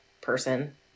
person